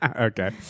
Okay